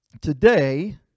Today